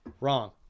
Wrong